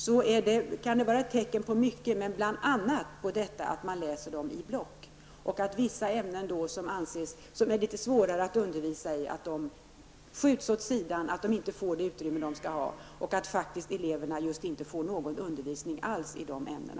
Det kan vara tecken på mycket, bl.a. på att man läser dem i block och att vissa ämnen, som är litet svårare att undervisa i, skjuts åt sidan och inte får det utrymme som de skall ha, så att eleverna faktiskt inte får just någon undervisning alls i dessa ämnen.